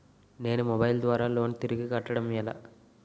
నేను మొబైల్ ద్వారా లోన్ తిరిగి కట్టడం ఎలా?